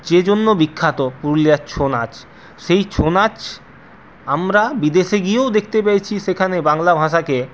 যে জন্য বিখ্যাত পুরুলিয়ার ছৌ নাচ সেই ছৌ নাচ আমরা বিদেশে গিয়েও দেখতে পেয়েছি সেখানে বাংলা ভাষাকে